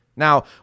Now